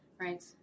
Right